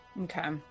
Okay